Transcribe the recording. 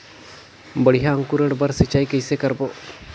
बढ़िया अंकुरण बर सिंचाई कइसे करबो?